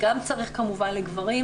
גם צריך כמובן לגברים,